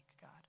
God